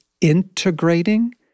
integrating